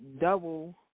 double